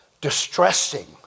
distressing